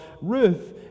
Ruth